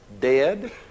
dead